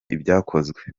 ibyakozwe